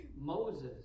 Moses